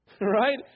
right